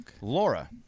Laura